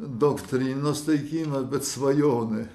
doktrinos teikimas bet svajonė